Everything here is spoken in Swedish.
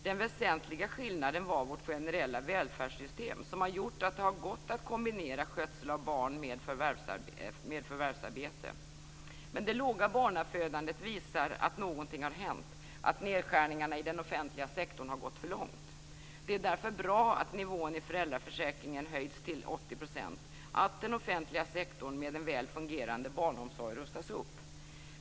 Den väsentliga skillnaden var vårt generella välfärdssystem, som har gjort att det har gått att kombinera skötsel av barn med förvärvsarbete. Men det låga barnafödandet visar att någonting har hänt, att nedskärningarna i den offentliga sektorn har gått för långt. Det är därför bra att nivån i föräldraförsäkringen har höjts till 80 %, att den offentliga sektorn med en väl fungerande barnomsorg rustas upp.